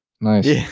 Nice